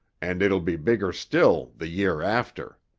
and it'll be bigger still the year after.